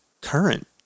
current